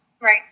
Right